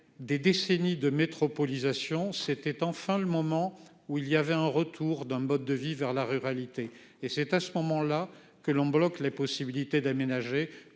des décennies de métropolisation c'était enfin le moment où il y avait un retour d'un mode de vie vers la ruralité et c'est à ce moment-là que l'on bloque les possibilités d'aménager.